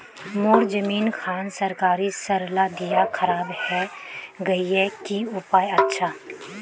मोर जमीन खान सरकारी सरला दीया खराब है गहिये की उपाय अच्छा?